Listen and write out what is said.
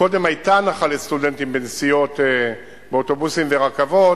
קודם היתה הנחה לסטודנטים בנסיעות באוטובוסים ורכבות,